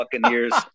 Buccaneers